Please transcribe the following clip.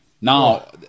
now